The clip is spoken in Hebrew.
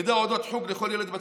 מידע על אודות חוג לכל ילד בצפון: